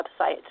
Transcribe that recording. website